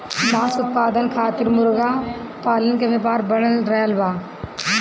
मांस उत्पादन खातिर मुर्गा पालन के व्यापार बढ़ रहल बा